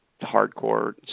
hardcore